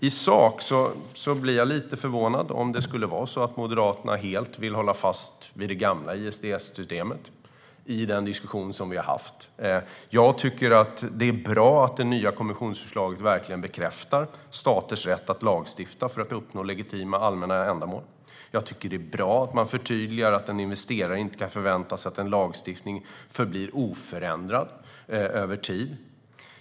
I sak skulle jag bli lite förvånad om Moderaterna helt vill hålla fast vid det gamla ISDS-systemet i den diskussion som vi har haft. Jag tycker att det är bra att det nya kommissionsförslaget bekräftar staters rätt att lagstifta för att uppnå legitima allmänna ändamål. Jag tycker att det är bra att man förtydligar att en investerare inte kan förvänta sig att en lagstiftning förblir oförändrad över tid.